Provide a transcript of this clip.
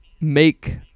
make